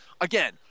again